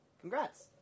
Congrats